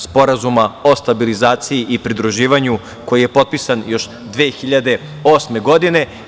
Sporazuma o stabilizaciji i pridruživanju koji je potpisan još 2008. godine.